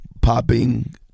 popping